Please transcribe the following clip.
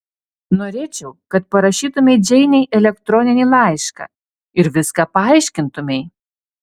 norėčiau kad parašytumei džeinei elektroninį laišką ir viską paaiškintumei